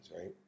right